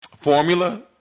formula